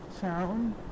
sound